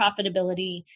profitability